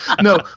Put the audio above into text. No